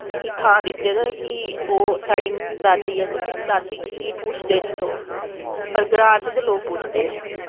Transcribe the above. कि थांऽ दित्ता दा ऐ कि ओह् साढ़ी दादी ऐ ते फ्ही दादी गी कीऽ पुछदे निं लोग पर ग्रांऽ च ते लोक पुछदे न